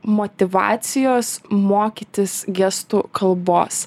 motyvacijos mokytis gestų kalbos